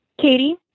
Katie